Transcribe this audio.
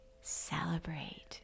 Celebrate